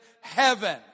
heaven